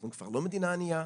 אנחנו כבר לא מדינה ענייה.